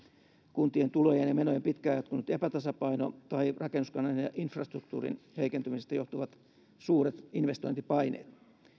kuntien tulojen ja menojen pitkään jatkunut epätasapaino tai rakennuskannan ja ja infrastruktuurin heikentymisestä johtuvat suuret investointipaineet